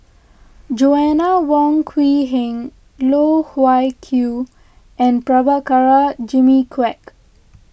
Joanna Wong Quee Heng Loh Wai Kiew and Prabhakara Jimmy Quek